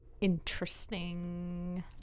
Interesting